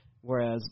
Whereas